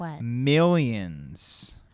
millions